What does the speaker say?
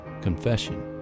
confession